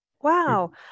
Wow